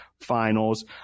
Finals